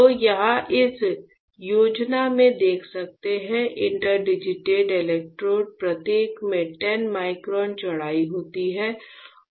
तो यहाँ इस योजना में देख सकते हैं इंटरडिजिटेड इलेक्ट्रोड प्रत्येक में 10 माइक्रोन चौड़ाई होती है